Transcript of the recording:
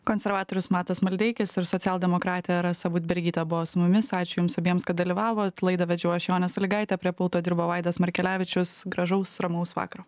konservatorius matas maldeikis ir socialdemokratė rasa budbergytė buvo su mumis ačiū jums abiems kad dalyvavot laidą vedžiau aš jonė salygaitė prie pulto dirbo vaidas markelevičius gražaus ramaus vakaro